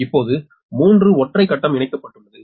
இப்போது 3 ஒற்றை கட்டம் இணைக்கப்பட்டுள்ளது